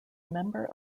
member